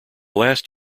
last